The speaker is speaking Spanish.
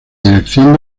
dirección